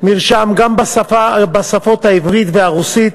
מרשם גם בשפות עברית ורוסית.